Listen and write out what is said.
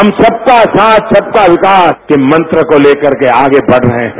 हम सबका साथ सबका विकास के मंत्र को लेकर के आगे बढ़ रहे हैं